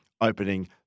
opening